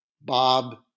Bob